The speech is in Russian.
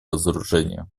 разоружения